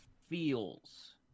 feels